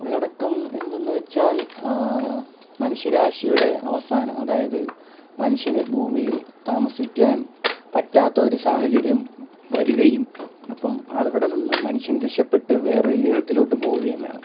ഉള്ളടക്കം എന്തെന്നു വെച്ചാൽ മനുഷ്യരാശിയുടെ അവസാനം അതായത് മനുഷ്യനു ഭൂമിയിൽ താമസിക്കാൻ പറ്റാത്ത ഒരു സാഹചര്യം വരികയും അപ്പം അവിടെ നിന്നു മനുഷ്യൻ രക്ഷപ്പെട്ടു വേറൊരു ഗ്രഹത്തിലോട്ടു പോകുകയും വേണം